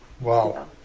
Wow